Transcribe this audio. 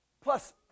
Plus